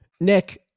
Nick